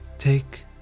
Take